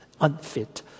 unfit